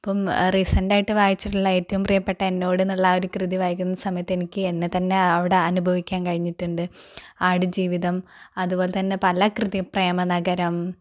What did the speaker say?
ഇപ്പം റീസെൻറ്റ് ആയിട്ട് വായിച്ചിട്ടുള്ള ഏറ്റവും പ്രിയപ്പെട്ട എന്നോട് എന്നുള്ള ആ ഒരു കൃതി വായിക്കുന്ന സമയത്ത് എനിക്ക് എന്നെതന്നെ അവിടെ അനുഭവിക്കാൻ കഴിഞ്ഞിട്ടുണ്ട് ആട് ജീവിതം അതുപോലെതന്നെ പല കൃതിയും പ്രേമനഗരം